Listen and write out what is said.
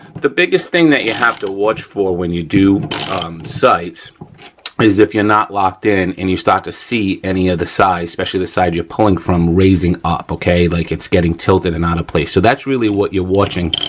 the biggest thing that you have to watch for when you do sights is if you're not locked in and you start to see any of the sides, especially the side you're pulling from raising up, okay, like it's getting tilted and out of place. so that's really what you're watching,